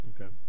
Okay